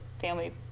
family